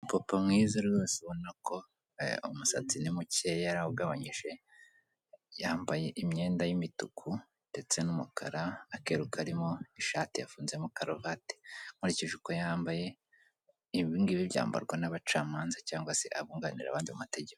umupapa mwiza rwose ubona ko umusatsi ni muke yarawugabanyije, yambaye imyenda y'imituku ndetse n'umukara, akeru harimo ishati yafunzemo karuvati, nkurikije uko yambaye, ibi ngibi byambarwa n'abacamanza cyangwa se abunganira abandi mu mategeko.